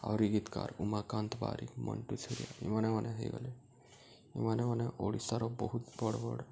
ଆହୁରି ଗୀତିକାର୍ ଉମାକାନ୍ତ ବାରିକ୍ ମଣ୍ଟୁ ଛୁରିଆ ଇମାନେ ମାନେ ହେଇଗଲେ ଇମାନେ ମାନେ ଓଡ଼ିଶାର ବହୁତ୍ ବଡ଼୍ ବଡ଼୍